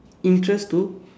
interest to